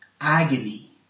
agony